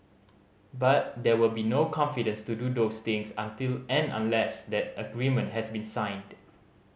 but there will be no confidence to do those things until and unless that agreement has been signed